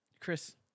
Chris